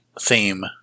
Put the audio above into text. theme